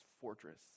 fortress